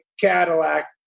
Cadillac